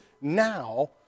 now